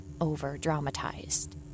over-dramatized